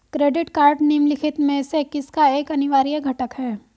Credit card निम्नलिखित में से किसका एक अनिवार्य घटक है?